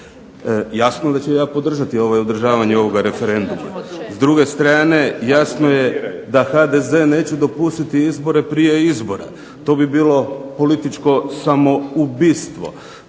Jasno da ću ja podržati održavane ovoga referenduma. S druge strane jasno je da HDZ neće dopustiti izbore prije izbora, to bi bilo političko samoubojstvo.